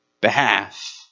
behalf